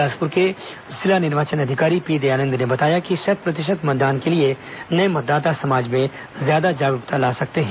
बिलासपुर के जिला निर्वाचन अधिकारी पी दयानंद ने बताया कि शत प्रतिशत मतदान के लिये नये मतदाता समार्ज में ज्यादा जागरूकता ला सकते हैं